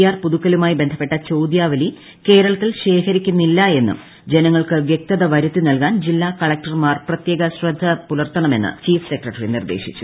R പുതുക്കലുമായി ബന്ധപ്പെട്ട ചോദ്യാവലി കേരളത്തിൽ ശേഖരിക്കുന്നില്ലെന്നും ജനങ്ങൾക്ക് വ്യക്തത വരുത്തിനൽകാൻ ജില്ലാ കളക്ടർമാർ പ്രത്യേക ശ്രദ്ധപുലർത്തണമെന്ന് ചീഫ് സെക്രട്ടറി നിർദേശിച്ചു